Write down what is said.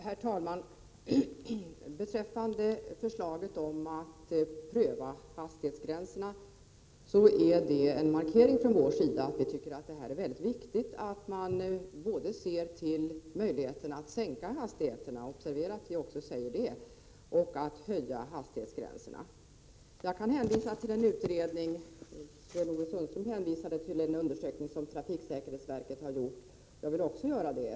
Herr talman! Förslaget om att pröva hastighetsgränserna är en markering från vår sida om att vi tycker att det är mycket viktigt att man både ser till möjligheterna att sänka hastigheten — observera att vi säger också det — och att höja hastighetsgränserna. Sten-Ove Sundström hänvisade till en undersökning som trafiksäkerhetsverket har gjort. Låt mig också göra det.